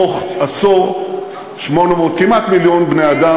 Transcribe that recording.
בתוך עשור, כמעט מיליון בני-אדם.